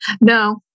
No